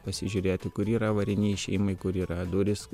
pasižiūrėti kur yra avariniai išėjimai kur yra durys